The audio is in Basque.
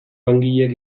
langileak